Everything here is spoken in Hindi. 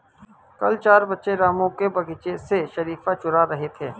कल चार बच्चे रामू के बगीचे से शरीफा चूरा रहे थे